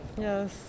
Yes